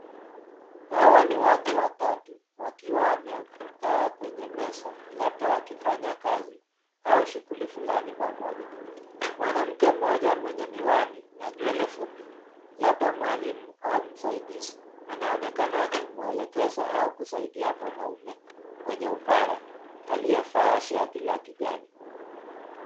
Hawa ni watu watatu, wakiwa wamekaa kwenye meza, labda wakifanya kazi, au shughuli fulani pamoja. Mwanamke mmoja mwenye miwani, na nywele fupi, labda mwalimu au msaidizi, anaonekana akimwelekeza au kusaidia mwanaume mwenye upara, aliyevaa shati la kijani.